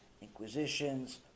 inquisitions